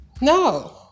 No